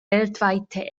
weltweite